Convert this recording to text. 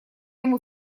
ему